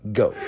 go